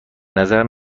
نظرم